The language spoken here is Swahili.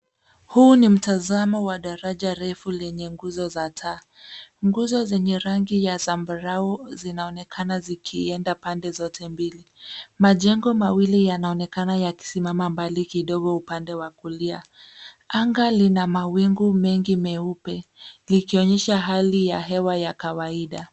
Huu ni mtasamo wa daraja refu lenye nguzo za taa, nguzo zenye rangi ya sambarau zinaonekana zikienda pande zote mbili, majengo mawili yanaonekana yakisimama mbali kidogo pande wa kulia, anga lina mawingu mengi meupe, likionyesha hali ya hewa la kawaida.